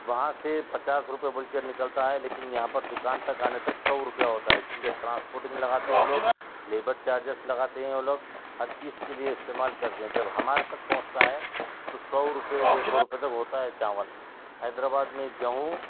وہاں سے پچاس روپیے بول کے نکلتا ہے لیکن یہاں پر دکان تک آنے تک سو روپیہ ہوتا ہے کیونکہ ٹرانسپورٹنگ لگاتے وہ لوگ لیبر چارجز لگاتے ہیں وہ لوگ ہر چیز کے لیے استعمال کرتے ہیں جب ہمارے تک پہنچتا ہے تو سو روپیے ڈیڑھ سو روپیے تک ہوتا ہے چاول حیدرآباد میں گیہوں